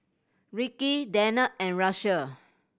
Rikki Danette and Russel